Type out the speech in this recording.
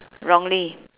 wrongly